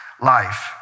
life